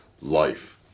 life